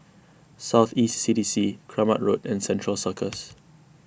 South East C D C Keramat Road and Central Circus